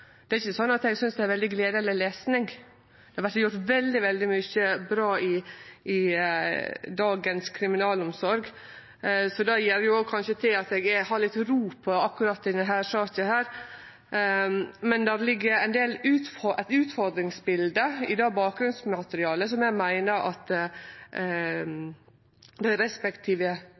Eg synest ikkje det er veldig gledeleg lesnad. Det vert gjort veldig mykje bra i kriminalomsorga i dag. Det bidreg òg kanskje til at eg har litt ro i akkurat denne saka. Men det er eit utfordringsbilde i det bakgrunnsmaterialet som eg meiner at dei respektive partia i salen kanskje ikkje har teke heilt inn over seg. Men eg er